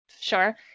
Sure